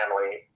family